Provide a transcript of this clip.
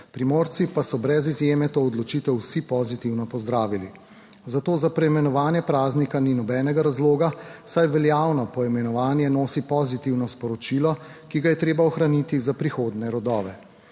Primorci pa so brez izjeme to odločitev vsi pozitivno pozdravili, zato za preimenovanje praznika ni nobenega razloga, saj veljavno poimenovanje nosi pozitivno sporočilo, ki ga je treba ohraniti za prihodnje rodove.